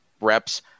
reps